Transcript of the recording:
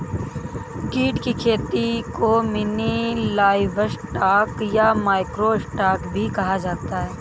कीट की खेती को मिनी लाइवस्टॉक या माइक्रो स्टॉक भी कहा जाता है